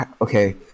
okay